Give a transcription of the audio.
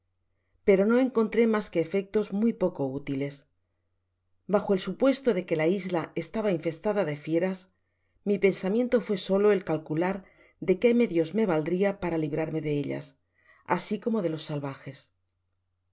pero no encontre mas que efectos muy poco útiles bajo el supuesto de que la isla estaba infestada de fieras mi pensamiento fué solo el calcular de que medios me valdría para librarme de ellas asi como de los salvages